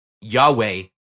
Yahweh